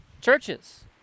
churches